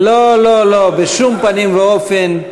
לא, בשום פנים ואופן.